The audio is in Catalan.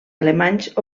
alemanys